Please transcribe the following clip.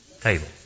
table